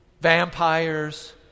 vampires